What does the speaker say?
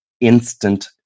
instant